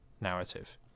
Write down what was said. narrative